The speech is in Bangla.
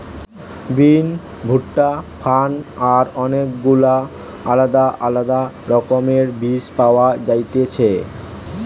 বিন, ভুট্টা, ফার্ন আর অনেক গুলা আলদা আলদা রকমের বীজ পাওয়া যায়তিছে